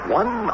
one